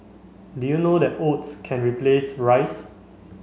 did you know that oats can replace rice